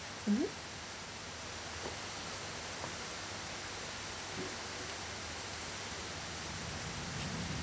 mmhmm